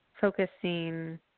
focusing